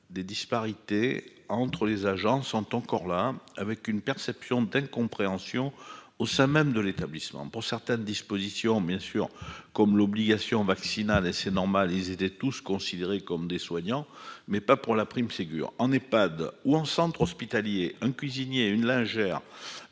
Des disparités entre les agents sont encore là hein avec une perception d'incompréhension au sein même de l'établissement pour certaines dispositions bien sûr comme l'obligation vaccinale et c'est normal, ils étaient tous considérés comme des soignants, mais pas pour la prime Ségur en pas ou en centre hospitalier, un cuisinier une lingère